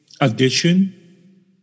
addition